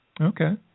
okay